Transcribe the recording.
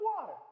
water